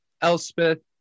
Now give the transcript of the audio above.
Elspeth